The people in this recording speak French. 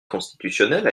constitutionnel